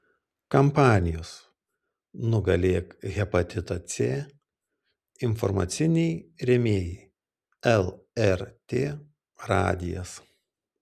kampanijos nugalėk hepatitą c informaciniai rėmėjai lrt radijas